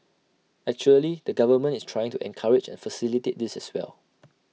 actually the government is trying to encourage and facilitate this as well